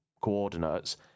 coordinates